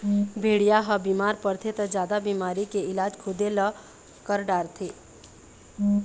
भेड़िया ह बिमार परथे त जादा बिमारी के इलाज खुदे कर डारथे